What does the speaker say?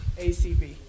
ACB